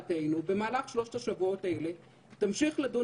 במהלך שלושת השבועות האלה תמשיך לדון